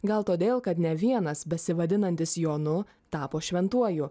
gal todėl kad ne vienas besivadinantis jonu tapo šventuoju